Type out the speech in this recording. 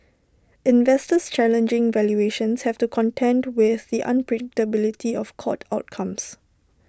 investors challenging valuations have to contend with the unpredictability of court outcomes